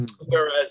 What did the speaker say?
Whereas